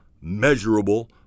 measurable